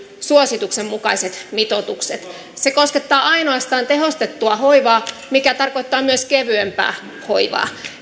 suosituksen mukaiset mitoitukset se koskettaa ainoastaan tehostettua hoivaa mikä tarkoittaa myös kevyempää hoivaa